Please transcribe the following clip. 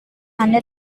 anda